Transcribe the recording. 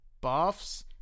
buffs